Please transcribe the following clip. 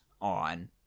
on